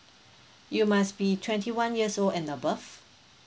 you must be twenty one years old and above